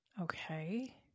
Okay